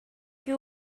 you